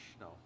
no